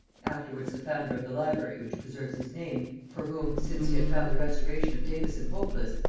afterwards the founder of the library which preserves his name for whom, since he had found the restoration of davison hopeless,